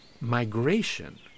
migration